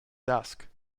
dusk